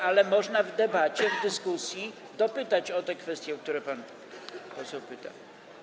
Ale można w debacie, w dyskusji dopytać o te kwestie, o które pan poseł pyta.